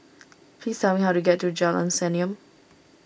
please tell me how to get to Jalan Senyum